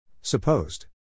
Supposed